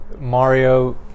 Mario